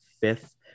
fifth